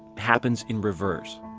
happens in reverse.